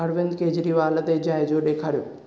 अरविंद केजरीवाल ते जाइज़ो ॾेखारियो